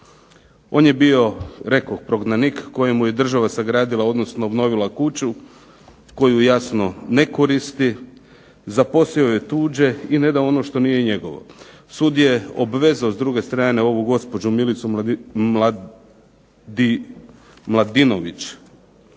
On je bio rekoh prognanik kojemu je država sagradila odnosno obnovila kuću koju jasno ne koristi, zaposjeo je tuđe i ne da ono što nije njegovo. Sud je obvezao s druge strane ovu gospođu Milicu Miladinović